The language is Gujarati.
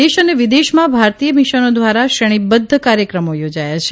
દેશ અને વિદેશમાં ભારતીય મિશનો ધ્વારા શ્રેણીબધ્ધ કાર્યક્રમો યોજાયા છે